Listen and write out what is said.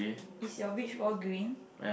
is your beach ball green